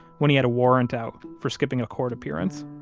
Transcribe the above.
when he had a warrant out for skipping a court appearance